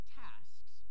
tasks